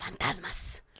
Fantasmas